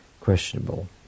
questionable